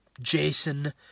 Jason